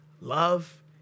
love